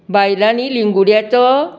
बायलांनी लिंगूड्याचो